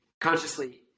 consciously